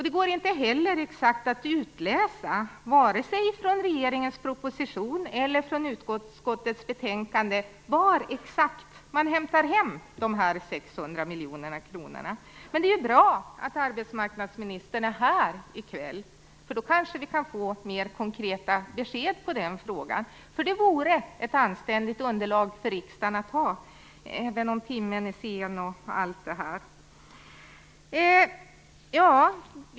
Det går inte heller att exakt utläsa, vare sig i regeringens proposition eller i utskottets betänkande, var man hämtar de 600 miljonerna. Det är bra att arbetsmarknadsministern är här i kväll, därför att då kanske vi kan få mer konkreta besked i den frågan. Det vore ett anständigt underlag att ha för riksdagen, även om timmen är sen.